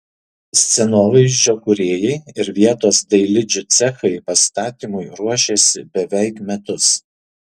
scenovaizdžio kūrėjai ir vietos dailidžių cechai pastatymui ruošėsi beveik metus